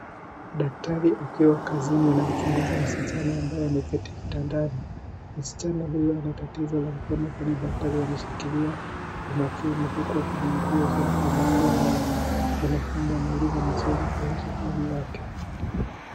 Daktari akiwa kazini na muuguzi msichana ambaye ameketi kitandani, msichana huyu anatatizo mkono kwani daktari anamstinya kwa maakini huku akimuuliza maswali kuussu hali yake.